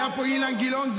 היה פה אילן גילאון,